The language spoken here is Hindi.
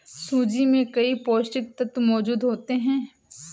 सूजी में कई पौष्टिक तत्त्व मौजूद होते हैं